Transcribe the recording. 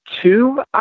two